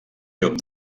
llom